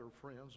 friends